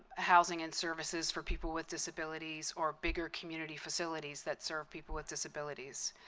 housing and services for people with disabilities or bigger community facilities that serve people with disabilities.